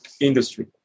industry